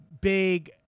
big